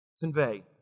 convey